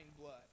blood